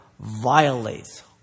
violates